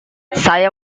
saya